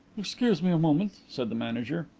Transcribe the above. excuse me a moment, said the manager.